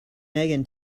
megan